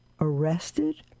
arrested